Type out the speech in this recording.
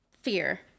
Fear